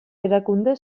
erakunde